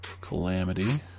Calamity